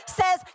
says